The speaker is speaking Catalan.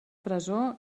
presó